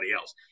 else